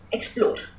Explore